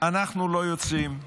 אנחנו לא יוצאים,